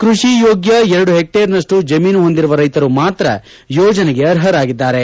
ಕೃಷಿ ಯೋಗ್ವ ಎರಡು ಹೆಕ್ಷೇರ್ನಷ್ಟು ಜಮೀನು ಹೊಂದಿರುವ ರೈತರು ಮಾತ್ರ ಯೋಜನೆಗೆ ಅರ್ಹರಾಗಿದ್ದಾರೆ